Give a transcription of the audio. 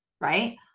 right